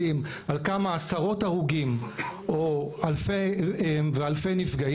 על כמה עשרות הרוגים ואלפי נפגעים,